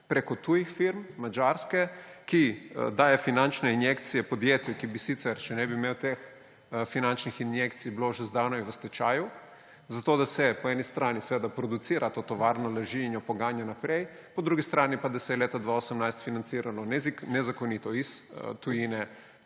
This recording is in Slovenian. preko tujih firm, Madžarske, ki daje finančne injekcije podjetju, ki bi bilo sicer, če ne bi imelo teh finančnih injekcij, že zdavnaj v stečaju, zato da se po eni strani seveda producira to tovarno laži in jo poganja naprej, po drugi strani pa, da se je leta 2018 financiralo nezakonito iz tujine